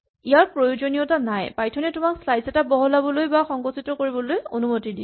ইয়াৰ প্ৰয়োজনীয়তা নাই পাইথনে তোমাক স্লাইচ এটা বহলাবলৈ বা সংকুচিত কৰিবলৈ অনুমতি দিয়ে